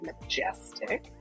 majestic